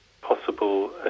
possible